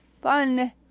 fun